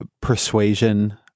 persuasion